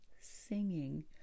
singing